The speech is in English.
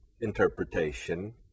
interpretation